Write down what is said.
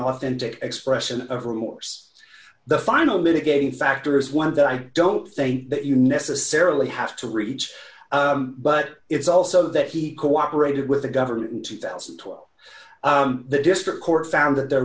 authentic expression of remorse the final mitigating factor is one that i don't think that you necessarily have to reach but it's also that he cooperated with the government in two thousand and two up the district court found that there